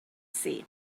see